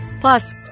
Plus